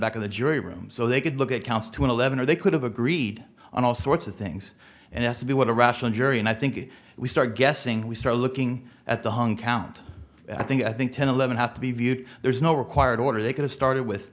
back of the jury room so they could look at counts to eleven or they could have agreed on all sorts of things and s b what a rational jury and i think if we start guessing we start looking at the hung count i think i think ten eleven have to be viewed there's no required order they could've started with